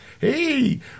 hey